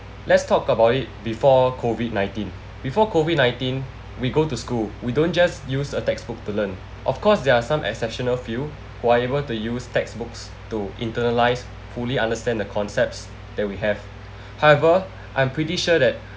let's talk about it before COVID nineteen before COVID nineteen we go to school we don't just use a textbook to learn of course there are some exceptional few who are able to use textbooks to internalise fully understand the concepts that we have however I'm pretty sure that